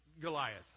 Goliath